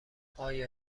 آیا